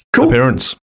appearance